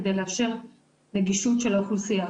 כדי לאפשר נגישות של האוכלוסייה.